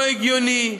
לא הגיוני,